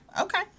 okay